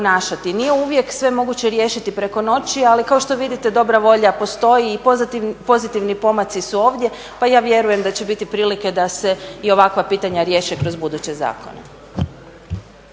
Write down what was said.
Nije uvijek sve moguće riješiti preko noći ali kao što vidite dobra volja postoji i pozitivni pomaci su ovdje. Pa ja vjerujem da će biti prilike da se i ovakva pitanja riješe kroz buduće zakone.